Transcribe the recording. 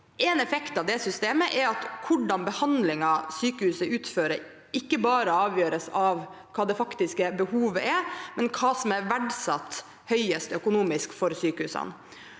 En effekt av dette systemet er at hvilke behandlinger sykehuset utfører, ikke bare avgjøres av hva det faktiske behovet er, men av hva som er verdsatt høyest økonomisk for sykehusene.